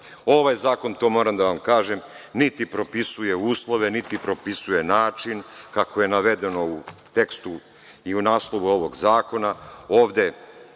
ovaj zakon to moram da vam kažem, niti propisuje uslove, niti propisuje način kako je navedeno u tekstu i u naslovu ovog zakona.